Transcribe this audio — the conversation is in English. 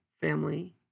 family